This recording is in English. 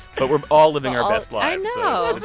but we're all living our best lives. i